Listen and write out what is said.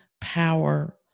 power